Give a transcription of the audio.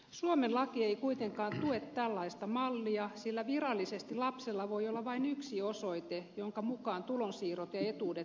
suomen laki ei kuitenkaan tue tällaista mallia sillä virallisesti lapsella voi olla vain yksi osoite jonka mukaan tulonsiirrot ja etuudet määräytyvät